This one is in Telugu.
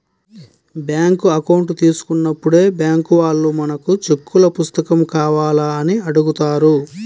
బ్యాంకు అకౌంట్ తీసుకున్నప్పుడే బ్బ్యాంకు వాళ్ళు మనకు చెక్కుల పుస్తకం కావాలా అని అడుగుతారు